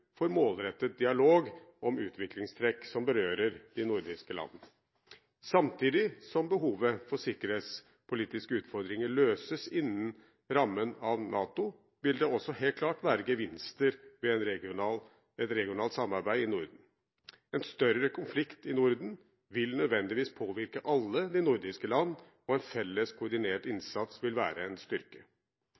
for målrettet dialog om utviklingstrekk som berører de nordiske land. Samtidig som behovet for sikkerhetspolitiske utfordringer løses innenfor rammen av NATO, vil det også helt klart være gevinster ved et regionalt samarbeid i Norden. En større konflikt i Norden vil nødvendigvis påvirke alle de nordiske land, og en felles koordinert innsats vil være en styrke.